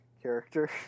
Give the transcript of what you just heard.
Character